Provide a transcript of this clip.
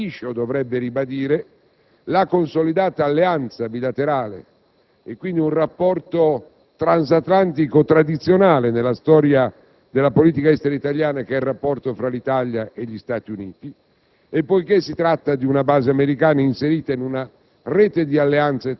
se in termini procedurali sembrerebbe così. È un atto che ribadisce, o dovrebbe ribadire, una consolidata alleanza bilaterale, e quindi un rapporto transatlantico tradizionale nella storia della politica estera italiana, vale a dire il rapporto fra l'Italia e gli Stati Uniti.